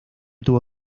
tuvo